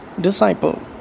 disciple